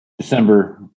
December